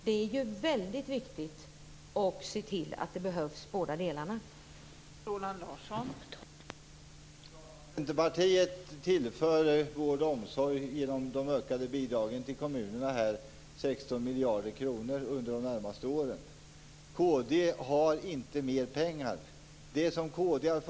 Det är väldigt viktigt att se till, och båda delarna behövs.